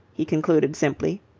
he concluded simply.